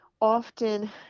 often